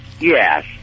yes